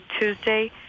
Tuesday